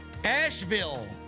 Asheville